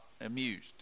amused